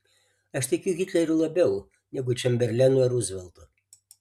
aš tikiu hitleriu labiau negu čemberlenu ar ruzveltu